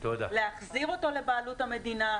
להחזיר אותו לבעלות המדינה,